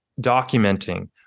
documenting